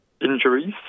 injuries